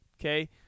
okay